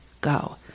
go